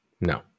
No